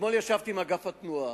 אתמול ישבתי עם אגף התנועה.